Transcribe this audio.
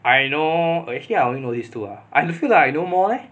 I know oh actually I only know these two ah I feel like I know more leh